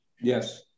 Yes